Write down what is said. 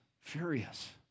furious